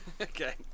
Okay